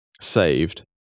saved